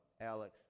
Alex